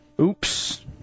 Oops